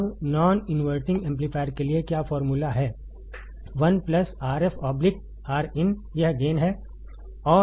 अब non inverting amplifier के लिए क्या फॉर्मूला है 1 Rf Rin यह गेन है